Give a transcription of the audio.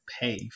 pay